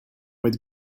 with